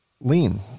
lean